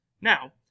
Now